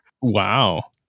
Wow